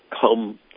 come